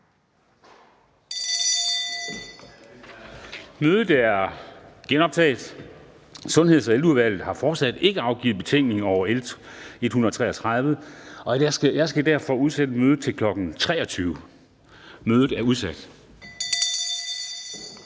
Mødet er genoptaget. Sundheds- og Ældreudvalget har fortsat ikke afgivet betænkning over L 133, og jeg skal derfor udsætte mødet til kl. 23.00. Mødet er udsat.